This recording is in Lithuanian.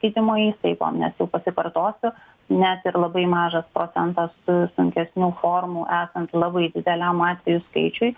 gydymo įstaigom nes jau pasikartosiu net ir labai mažas procentas sunkesnių formų esant labai dideliam atvejų skaičiui